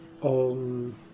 on